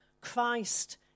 Christ